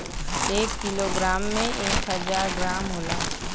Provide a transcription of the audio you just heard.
एक किलोग्राम में एक हजार ग्राम होला